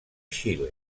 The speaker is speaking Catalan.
xile